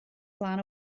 flaen